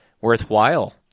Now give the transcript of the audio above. Worthwhile